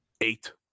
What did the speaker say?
eight